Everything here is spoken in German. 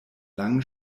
langen